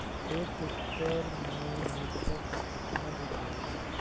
एक एकड़ में मिर्चा का कितना बीज लागेला?